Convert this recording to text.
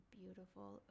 beautiful